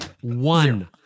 One